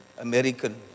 American